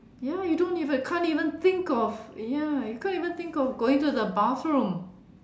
ya you don't even can't even think of ya you can't even think of going to the bathroom